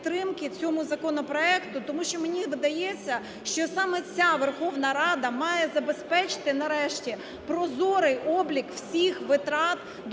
тому що мені видається, що саме ця Верховна Рада має забезпечити нарешті прозорий облік всіх витрат, доходів,